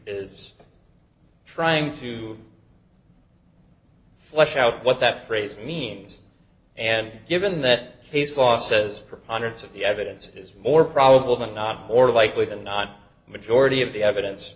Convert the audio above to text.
is trying to flesh out what that phrase means and given that case law says preponderance of the evidence is more probable than not or likely than not a majority of the evidence